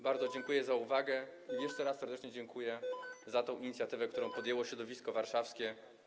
Bardzo dziękuję za uwagę i jeszcze raz serdecznie dziękuję za tę inicjatywę, którą podjęło środowisko warszawskie.